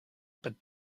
but